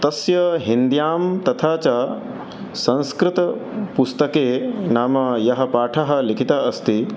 तस्याः हिन्द्यां तथा च संस्कृतपुस्तके नाम यः पाठः लिखितः अस्ति